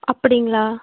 அப்படிங்களா